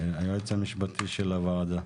היועץ המשפטי של הוועדה.